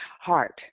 heart